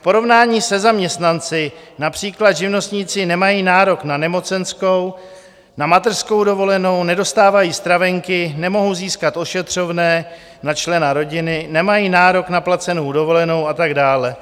V porovnání se zaměstnanci například živnostníci nemají nárok na nemocenskou, na mateřskou dovolenou, nedostávají stravenky, nemohou získat ošetřovné na člena rodiny, nemají nárok na placenou dovolenou a tak dále.